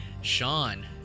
Sean